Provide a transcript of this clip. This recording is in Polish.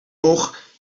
och